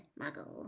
Muggle